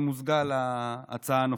והיא מוזגה להצעה הנוכחית.